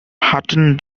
hutton